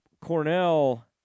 Cornell